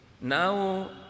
Now